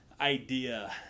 idea